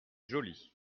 jolie